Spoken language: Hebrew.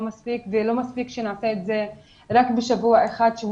לא מספיק שנעשה את זה רק בשבוע אחד שהוא